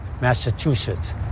Massachusetts